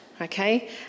okay